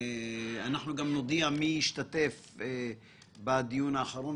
אנחנו נודיע מי ישתתף בדיון האחרון.